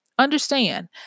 Understand